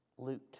Luke